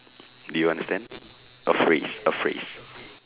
do you understand a phrase a phrase